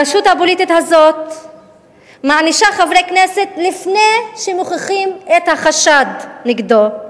הרשות הפוליטית הזאת מענישה חבר כנסת לפני שמוכיחים את החשד נגדו.